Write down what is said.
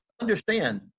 understand